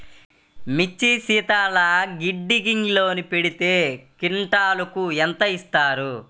మిర్చి శీతల గిడ్డంగిలో పెడితే క్వింటాలుకు ఎంత ఇస్తారు?